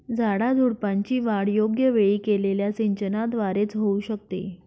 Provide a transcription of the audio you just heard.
झाडाझुडपांची वाढ योग्य वेळी केलेल्या सिंचनाद्वारे च होऊ शकते